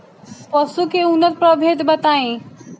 पशु के उन्नत प्रभेद बताई?